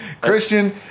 Christian